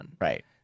Right